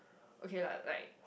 okay lah right